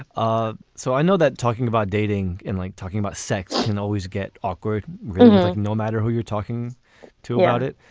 ah so i know that talking about dating in like talking about sex can always get awkward no matter who you're talking to about it.